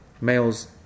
males